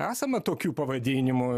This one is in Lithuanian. esama tokių pavadinimų